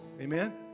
Amen